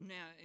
Now